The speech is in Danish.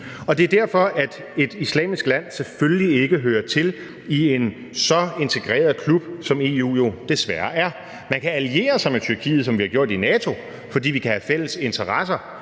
og det er derfor, at et islamisk land selvfølgelig ikke hører til i en så integreret klub, som EU jo desværre er. Man kan alliere sig med Tyrkiet, som vi har gjort det i NATO, fordi vi kan have fælles interesser,